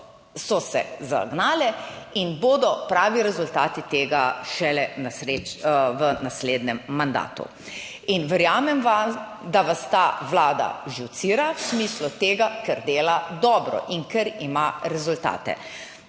so se zagnale in bodo pravi rezultati tega šele v naslednjem mandatu. In verjamem vam, da vas ta vlada živcira v smislu tega, ker dela dobro in ker ima rezultate.